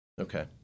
Okay